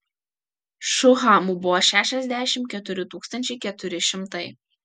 šuhamų buvo šešiasdešimt keturi tūkstančiai keturi šimtai